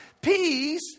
Peace